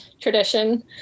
tradition